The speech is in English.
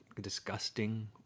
disgusting